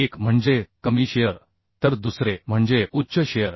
एक म्हणजे कमी शिअर तर दुसरे म्हणजे उच्च शिअर